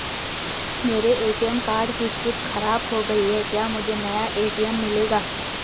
मेरे ATM card की chip खराब हो गयी है क्या मुझे नया ए.टी.एम मिलेगा?